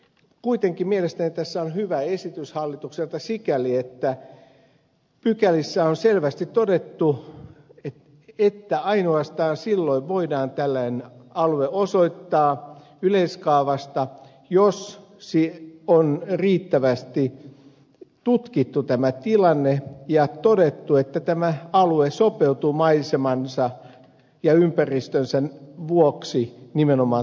kuitenkin mielestäni tässä on hyvä esitys hallitukselta sikäli että pykälissä on selvästi todettu että ainoastaan silloin voidaan tällainen alue osoittaa yleiskaavasta jos on riittävästi tutkittu tämä tilanne ja todettu että tämä alue sopeutuu maisemansa ja ympäristönsä vuoksi nimenomaan tuulivoiman rakentamiselle